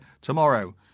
tomorrow